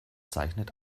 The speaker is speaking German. zeichnet